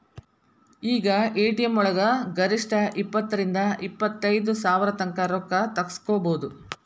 ಈಗ ಎ.ಟಿ.ಎಂ ವಳಗ ಗರಿಷ್ಠ ಇಪ್ಪತ್ತರಿಂದಾ ಇಪ್ಪತೈದ್ ಸಾವ್ರತಂಕಾ ರೊಕ್ಕಾ ತಗ್ಸ್ಕೊಬೊದು